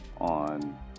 on